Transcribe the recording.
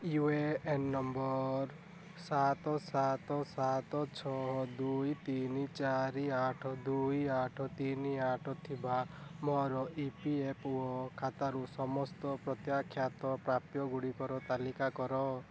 you A N number ସାତ ସାତ ସାତ ଛଅ ଦୁଇ ତିନି ଚାରି ଆଠ ଦୁଇ ଆଠ ତିନି ଆଠ ଥିବା ମୋର ଇ ପି ଏଫ୍ ଓ ଖାତାରୁ ସମସ୍ତ ପ୍ରତ୍ୟାଖ୍ୟାତ ପ୍ରାପ୍ୟଗୁଡ଼ିକର ତାଲିକା କର